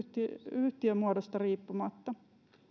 yhtiömuodosta riippumatta